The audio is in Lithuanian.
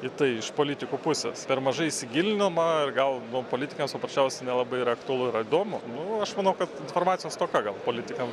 į tai iš politikų pusės per mažai įsigilinama ir gal buvo politikams paprasčiausiai nelabai ir aktualu ir įdomu nu aš manau kad informacijos stoka gal politikam